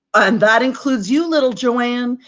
and that includes you, little joanne,